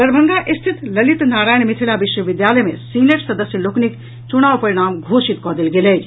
दरभंगा स्थित ललित नारायण मिथिला विश्वविद्यालय मे सीनेट सदस्य लोकनिक चुनाव परिणाम घोषित कऽ देल गेल अछि